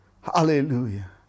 Hallelujah